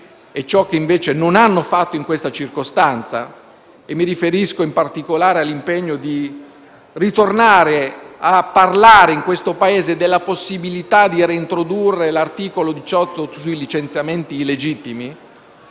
ciò che invece non hanno fatto in questa circostanza. Mi riferisco in particolare all'impegno di ritornare a parlare nel nostro Paese della possibilità di reintrodurre l'articolo 18 sui licenziamenti illegittimi.